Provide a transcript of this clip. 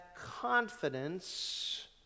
confidence